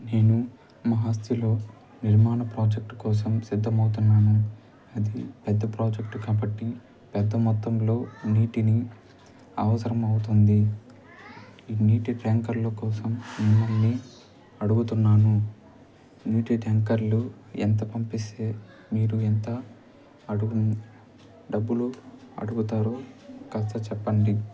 నేను మా హస్తిలో నిర్మాణ ప్రాజెక్ట్ కోసం సిద్ధమవుతున్నాను అది పెద్ద ప్రాజెక్ట్ కాబట్టి పెద్ద మొత్తంలో నీటిని అవసరమవుతుంది ఈ నీటి ట్యాంకర్ల కోసం మిమ్మల్ని అడుగుతున్నాను నీటి ట్యాంకర్లు ఎంత పంపిస్తే మీరు ఎంత అడుగు డబ్బులు అడుగుతారో కాస్త చెప్పండి